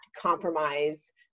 compromise